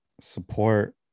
support